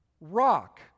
Rock